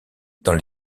dans